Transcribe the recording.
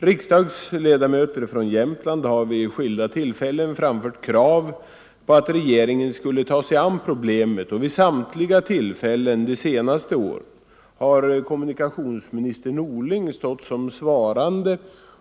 Riksdagsledamöter från Jämtland har vid skilda tillfällen framfört krav på att regeringen skulle ta sig an problemet, och vid samtliga tillfällen de senaste åren har kommunikationsminister Norling stått som svarande.